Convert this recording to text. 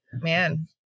man